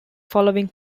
following